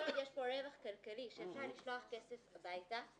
כל עוד יש פה רווח כלכלי שמאפשר לשלוח כסף הביתה,